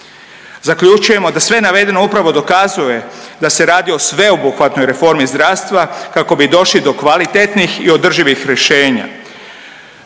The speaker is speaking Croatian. Zaključujemo da sve navedeno upravo dokazuje da se radi o sveobuhvatnoj reformi zdravstva kako bi došli do kvalitetnih i održivih rješenja.